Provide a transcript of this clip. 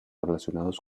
relacionados